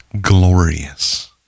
glorious